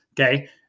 Okay